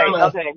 Okay